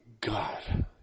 God